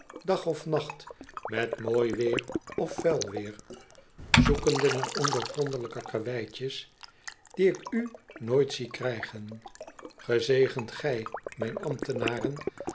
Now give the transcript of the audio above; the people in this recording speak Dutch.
dag of nacht met mooi weer of vuil weer zoekende naar ondoorgrondelijke karweitjes die ik u nooit zie krijgen gezegend gij mijn ambtenaren